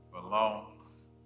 belongs